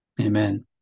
Amen